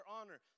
honor